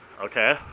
Okay